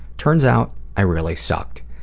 turns out i really sucked.